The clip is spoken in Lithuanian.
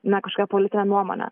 na kažkokia politinė nuomonė